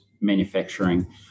manufacturing